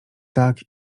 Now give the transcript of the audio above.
tak